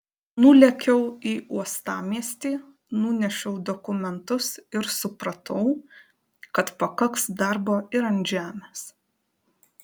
nulėkiau į uostamiestį nunešiau dokumentus ir supratau kad pakaks darbo ir ant žemės